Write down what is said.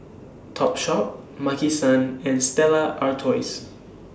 Topshop Maki San and Stella Artois